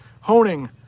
Honing